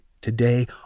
today